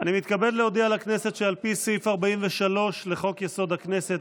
אני מתכבד להודיע לכנסת שעל פי סעיף 43 לחוק-יסוד: הכנסת,